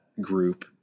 group